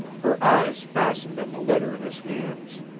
her eyes fastened on the letter in his hands.